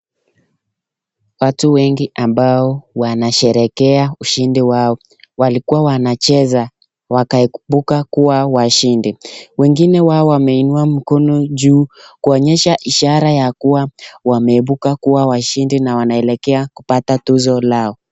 Watu wengi ambao wanasherekea ushindi wao. Walikuwa wanacheza wakaepuka kuwa washindi. Wengine wao wameinua mkono juu kuonyesha ishara ya kuwa wameibuka kuwa washindi na wanaelekea kupata tuzo lao.